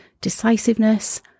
decisiveness